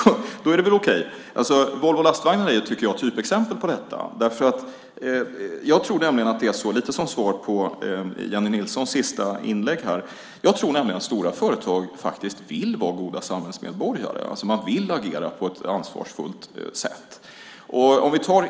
Då är det väl okej. Volvo Lastvagnar är, tycker jag, ett typexempel på detta. Jag tror nämligen att det är så - som ett svar på Jennie Nilssons sista inlägg här - att stora företag faktiskt vill vara goda samhällsmedborgare. Man vill alltså agera på ett ansvarsfullt sätt.